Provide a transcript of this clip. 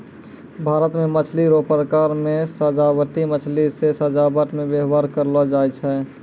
भारत मे मछली रो प्रकार मे सजाबटी मछली जे सजाबट मे व्यवहार करलो जाय छै